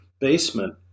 basement